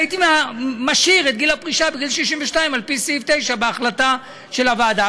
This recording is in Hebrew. הייתי משאיר את גיל הפרישה בגיל 62 על פי סעיף 9 בהחלטה של הוועדה.